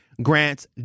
Grants